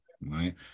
right